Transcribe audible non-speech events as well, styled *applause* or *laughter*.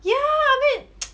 yeah I mean *noise*